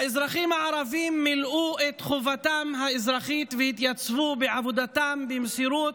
האזרחים הערבים מילאו את חובתם האזרחית והתייצבו בעבודתם במסירות,